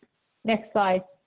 next slide.